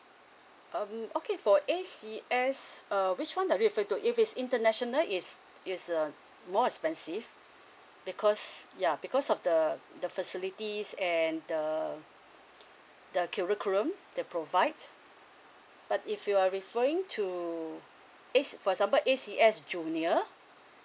um okay for A_C_S uh which one I refer to if it's international is is uh more expensive because yeah because of the the facilities and the the curriculum they provide but if you are referring to S~ for example A_C_S junior